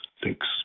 Thanks